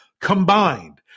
combined